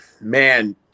man